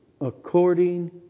according